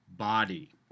body